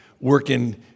working